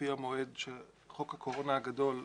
לפי המועד של חוק הקורונה הגדול,